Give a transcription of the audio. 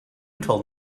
told